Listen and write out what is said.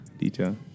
Detail